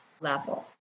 level